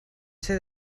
ser